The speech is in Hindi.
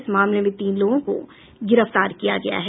इस मामले में तीन लोगों को गिरफ्तार किया गया है